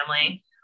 family